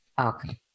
Okay